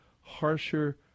harsher